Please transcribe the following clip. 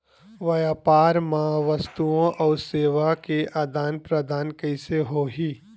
व्यापार मा वस्तुओ अउ सेवा के आदान प्रदान कइसे होही?